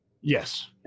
Yes